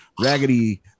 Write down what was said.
raggedy